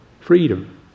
freedom